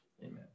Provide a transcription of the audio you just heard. Amen